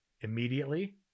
immediately